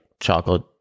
chocolate